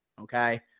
Okay